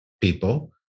people